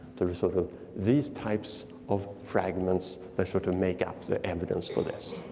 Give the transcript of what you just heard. sort of these types of fragments, they sort of make up the evidence for this.